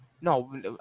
No